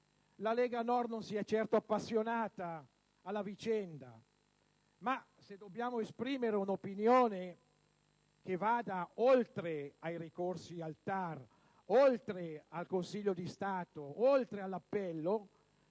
La Lega Nord non si è certo appassionata alla vicenda, ma, se dobbiamo esprimere un'opinione che vada oltre i ricorsi al Tar, al Consiglio di Stato, alla Corte d'appello,